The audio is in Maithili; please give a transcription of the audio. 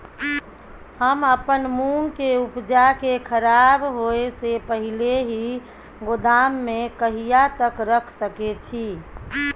हम अपन मूंग के उपजा के खराब होय से पहिले ही गोदाम में कहिया तक रख सके छी?